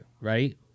right